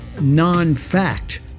non-fact